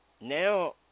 Now